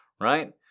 Right